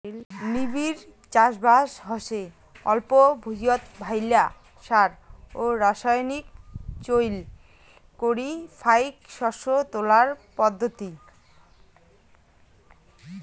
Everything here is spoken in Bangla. নিবিড় চাষবাস হসে অল্প ভুঁইয়ত ভাইল্লা সার ও রাসায়নিক চইল করি ফাইক শস্য তোলার পদ্ধতি